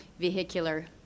vehicular